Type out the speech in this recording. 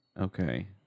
Okay